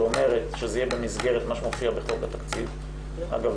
שאומרת שזה יהיה במסגרת מה שמופיע בחוק התקציב אגב,